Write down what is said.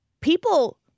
people